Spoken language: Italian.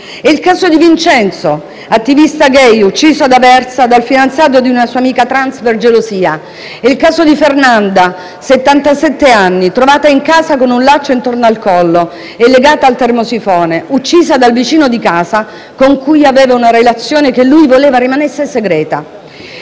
è il caso dì Vincenzo, attivista *gay*, ucciso ad Aversa, dal fidanzato di una sua amica *trans* per gelosia; è il caso di Fernanda, 77 anni, trovata in casa con un laccio intorno al collo e legata al termosifone, uccisa dal vicino di casa con cui aveva una relazione, che lui voleva rimanesse segreta.